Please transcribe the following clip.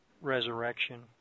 resurrection